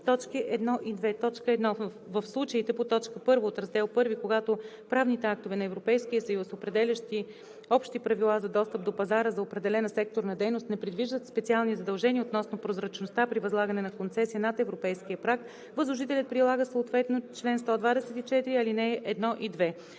т. 1 и 2: „1. В случаите по т. 1 от Раздел І, когато правните актове на Европейския съюз, определящи общи правила за достъп до пазара за определена секторна дейност, не предвиждат специални задължения относно прозрачността, при възлагане на концесия над европейския праг възложителят прилага съответно чл. 124, ал. 1 и 2.